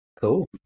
Cool